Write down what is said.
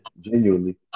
Genuinely